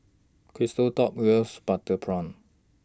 Christop loves Butter Prawn